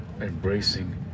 embracing